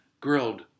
grilled